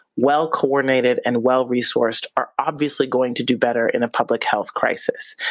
well coordinated and well resourced are obviously going to do better in a public health crisis.